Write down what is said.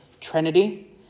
Trinity